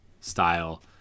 style